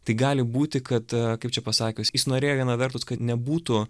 tai gali būti kad kaip čia pasakius jis norėjo viena vertus kad nebūtų